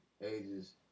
ages